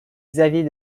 xavier